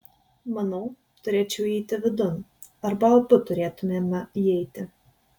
manau turėčiau įeiti vidun arba abu turėtumėme įeiti